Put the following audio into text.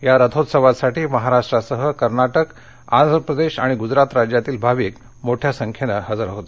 या रथोत्सवासाठी महाराष्ट्रासह कर्नाटक आंध्र प्रदेश आणि गुजरात राज्यातील भाविक मोठ्या संख्येनं हजर होते